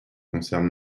concerne